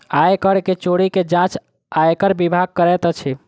आय कर के चोरी के जांच आयकर विभाग करैत अछि